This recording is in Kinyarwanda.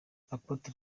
apotre